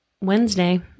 Wednesday